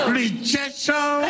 rejection